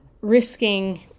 risking